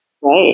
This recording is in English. Right